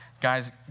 guys